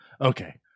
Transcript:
okay